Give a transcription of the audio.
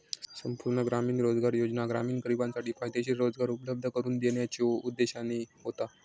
संपूर्ण ग्रामीण रोजगार योजना ग्रामीण गरिबांसाठी फायदेशीर रोजगार उपलब्ध करून देण्याच्यो उद्देशाने होता